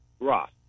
Ross